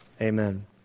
Amen